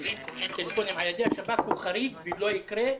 הטלפונים על-ידי השב"כ הוא חריג ולא יקרה,